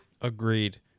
Agreed